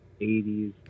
80s